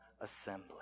assembly